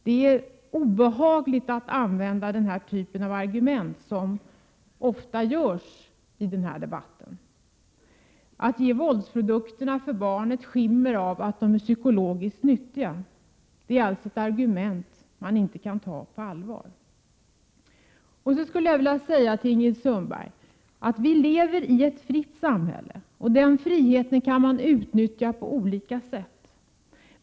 Det är obehagligt att man använder den här typen av argument, vilket ofta sker i denna debatt, dvs. att man ger våldsprodukterna för barn ett skimmer av att vara psykologiskt nyttiga. Det är ett argument som man inte kan ta på allvar. — Prot. 1987/88:124 Jag skulle vilja säga till Ingrid Sundberg att vi lever i ett fritt samhälle. 20 maj 1988 Friheten kan man utnyttja på olika sätt.